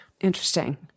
Interesting